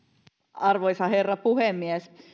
arvoisa herra puhemies